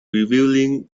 revealing